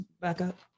backup